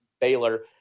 Baylor